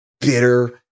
bitter